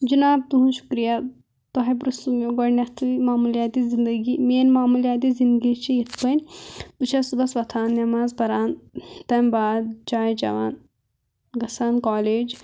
جِناب تُہنٛد شُکریہ تۄہہِ پِرٛژھُو مےٚ گۄڈنٮ۪تھٕے ماموٗلِیاتہِ زندگی میٛٲنۍ ماموٗلِیاتی زندگی چھِ یِتھ کَنۍ بہٕ چھَس صُبحَس وۄتھان نٮ۪ماز پَران تَمہِ بعد چاے چَوان گَژھان کالیج